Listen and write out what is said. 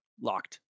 Locked